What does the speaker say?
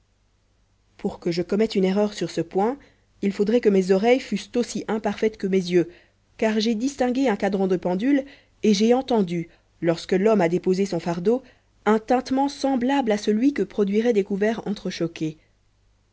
pour que je commette une erreur sur ce point il faudrait que mes oreilles fussent aussi imparfaites que mes yeux car j'ai distingué un cadran de pendule et j'ai entendu lorsque l'homme a déposé son fardeau un tintement semblable à celui que produiraient des